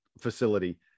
facility